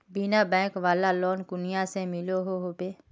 बिना बैंक वाला लोन कुनियाँ से मिलोहो होबे?